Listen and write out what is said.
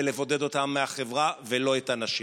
לבודד אותם מהחברה ולא את הנשים.